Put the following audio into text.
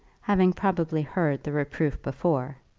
having probably heard the reproof before,